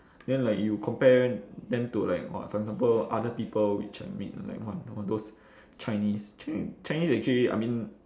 then like you compare them to like !wah! for example other people which I mean like what all those chinese chi~ chinese actually I mean